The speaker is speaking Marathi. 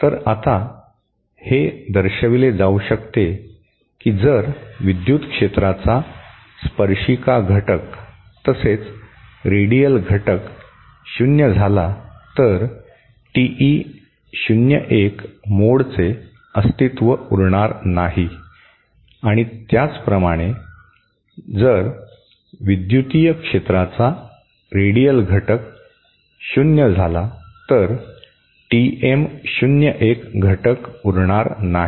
तर आता हे दर्शविले जाऊ शकते की जर विद्युत क्षेत्राचा स्पर्शिका घटक तसेच रेडियल घटक शून्य झाला तर टीई 01 मोडचे अस्तित्त्व उरणार नाही आणि त्याचप्रमाणे जर विद्युतीय क्षेत्राचा रेडियल घटक शून्य झाला तर टीएम 01 घटक उरणार नाही